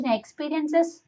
experiences